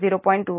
4 0